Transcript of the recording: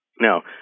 Now